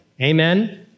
Amen